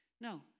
No